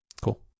Cool